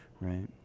right